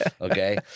okay